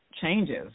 changes